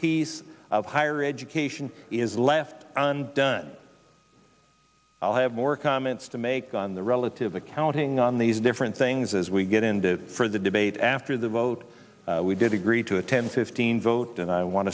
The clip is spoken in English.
piece of higher education is left on done i'll have more comments to make on the relative accounting on these different things as we get into for the debate after the vote we did agree to attend fifteen voted i want